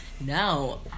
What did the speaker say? now